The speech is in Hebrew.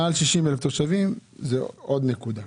מעל 60,000 תושבים זה עוד נקודה.